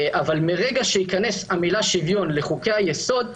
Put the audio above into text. מרגע שתיכנס המילה "שוויון" לחוקי-יסוד,